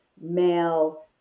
male